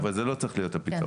אבל זה לא צריך להיות הפיתרון.